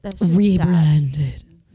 Rebranded